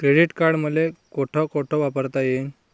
Credit card मले कोठ कोठ वापरता येईन?